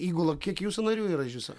įgula kiek jūsų narių yra iš viso